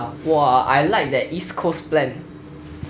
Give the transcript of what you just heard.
!wah! I like that east coast plan